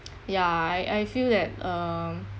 ya I I feel that um